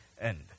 end